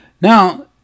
Now